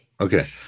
Okay